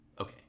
Okay